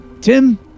Tim